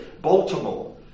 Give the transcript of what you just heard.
Baltimore